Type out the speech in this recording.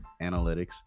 analytics